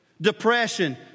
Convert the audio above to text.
Depression